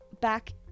Back